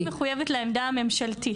אני מחויבת לעמדה הממשלתית.